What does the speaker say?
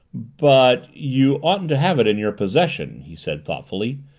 but you oughtn't to have it in your possession, he said thoughtfully.